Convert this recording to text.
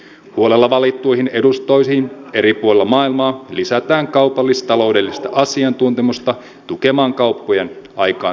huolella valittuihin edustustoihin eri puolilla maailmaa lisätään kaupallis taloudellista asiantuntemusta tukemaan kauppojen aikaansaamista